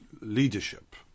leadership